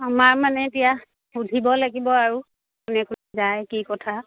আমাৰ মানে এতিয়া সুধিব লাগিব আৰু কোনে কোনে যায় কি কথা